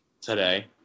today